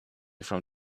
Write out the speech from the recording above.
from